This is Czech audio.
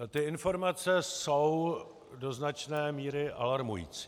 Ty informace jsou do značné míry alarmující.